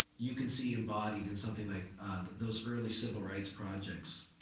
you can see embodied in something like those early civil rights projects,